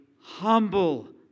humble